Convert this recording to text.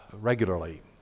regularly